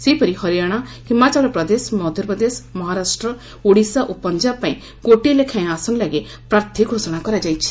ସେହିପରି ହରିୟାଣା ହିମାଚଳ ପ୍ରଦେଶ ମଧ୍ୟପ୍ରଦେଶ ମହାରାଷ୍ଟ୍ର ଓଡିଶା ଓ ପଞ୍ଜାବ ପାଇଁ ଗୋଟିଏ ଲେଖାଏଁ ଆସନ ଲାଗି ପ୍ରାର୍ଥୀ ଘୋଷଣା କରାଯାଇଛି